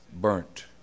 burnt